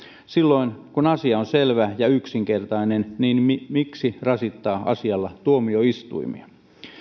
silloin kun asia on selvä ja yksinkertainen niin miksi rasittaa asialla tuomioistuimia